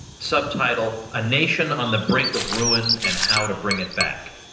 subtitle a nation on the brink of ruin and how to bring it back.